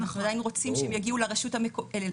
אנחנו עדיין רוצים שהם יגיעו לרשות המקומית.